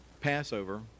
Passover